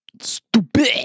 stupid